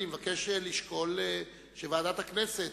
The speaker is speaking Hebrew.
אני מבקש לשקול בוועדת הכנסת,